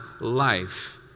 life